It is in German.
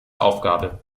aufgabe